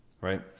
right